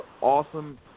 awesome